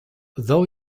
though